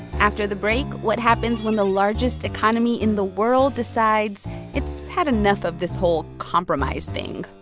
after the break, what happens when the largest economy in the world decides it's had enough of this whole compromise thing?